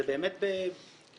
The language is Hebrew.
זה באמת בבדיד.